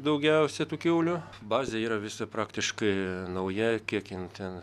daugiausia tų kiaulių bazė yra visa praktiškai nauja kiek jin ten